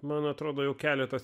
man atrodo jau keletas